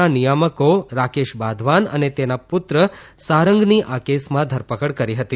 ના નિયામકો રાકેશ વાધવાન અને તેના પુત્ર સારંગની આ કેસમાં ધરપકડ કરી હતી